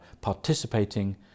participating